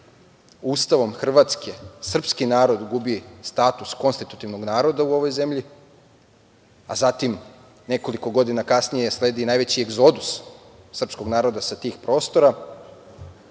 Ustavom Hrvatske srpski narod gubi status konstitutivnog naroda u ovoj zemlji, a zatim nekoliko godina kasnije sledi i najveći egzodus srpskog naroda sa tih prostora